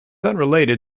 unrelated